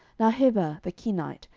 now heber the kenite,